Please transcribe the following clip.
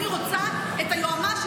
אני רוצה את היועמ"שית,